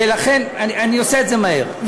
ולכן, אני עושה את זה מהר,